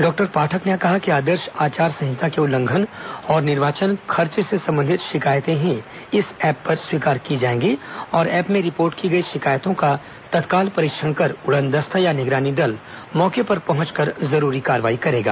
doctor Pathak ने कहा कि आदर्श आचार संहिता के उल्लंघन और निर्वाचन व्यय से संबंधित शिकायतें ही एप पर स्वीकार की जाएंगी और एप में रिपोर्ट की गई शिकायतों का तत्काल परीक्षण कर उड़नदस्ता या निगरानी दल मौके पर पहंचकर जरूरी कार्रवाई करेगा